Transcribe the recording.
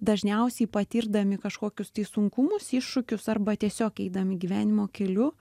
dažniausiai patirdami kažkokius tai sunkumus iššūkius arba tiesiog eidami gyvenimo keliu